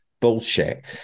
Bullshit